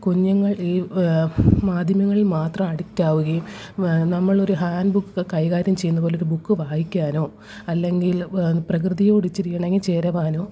കുഞ്ഞുങ്ങൾ ഈ മാധ്യമങ്ങളിൽ മാത്രം അഡിക്റ്റ് ആവുകയും നമ്മളൊരു ഹാൻഡ്ബുക്ക് കൈകാര്യം ചെയ്യുന്നപോലെയൊരു ബുക്ക് വായിക്കാനോ അല്ലെങ്കില് പ്രകൃതിയോടിച്ചിരി ഇണങ്ങി ചേരുവാനോ